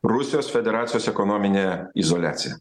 rusijos federacijos ekonominė izoliacija